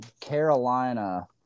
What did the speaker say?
Carolina